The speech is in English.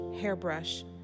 hairbrush